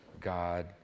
God